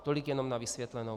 Tolik jenom na vysvětlenou.